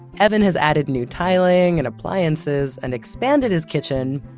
evan has added new tiling and appliances and expanded his kitchen,